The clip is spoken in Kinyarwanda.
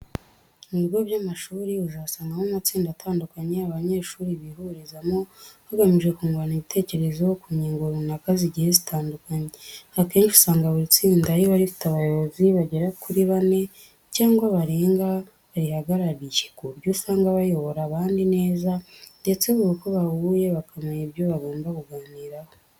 Mu bigo by'amashuri uzasangamo amatsinda atandukanye abanyeshuri bihurizamo, bagamije kungurana ibitekerezo ku ngingo runaka zigiye zitandukanye. Akenshi usanga buri tsinda riba rifite abayobozi bagera kuri bane cyangwa barenga barihagarariye, ku buryo usanga bayobora abandi neza ndetse buri uko bahuye bakamenya ibyo bagomba kuganiraho.